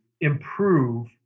improve